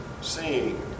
seeing